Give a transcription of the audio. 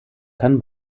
kann